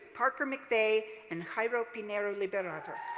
parker mcvey and jairo pineros liberato.